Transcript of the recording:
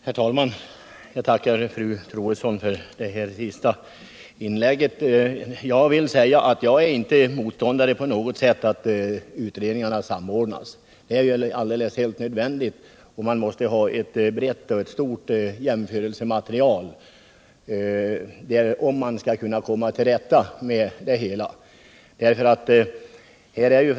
Herr talman! Jag tackar fru Troedsson för det senaste inlägget. Jag är inte motståndare på något sätt till att utredningarna samordnas. Det är alldeles nödvändigt, och man måste ha ett stort och brett jämförelsematerial om man skall kunna komma till rätta med hela den här frågan.